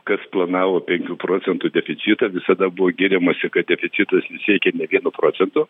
kas planavo penkių procentų deficitą visada buvo giriamasi kad deficitas nesiekia ne vieno procento